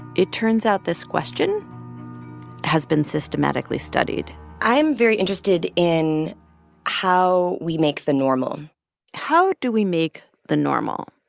it turns out this question has been systematically studied i'm very interested in how we make the normal how do we make the normal?